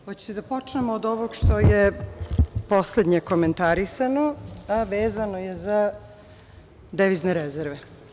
Hoćete da počnemo od ovog što je poslednje komentarisano, a vezano je za devizne rezerve.